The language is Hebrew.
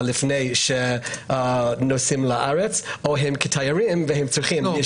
לפני הנסיעה לארץ או האם הם כתיירים צריכים את הבדיקה.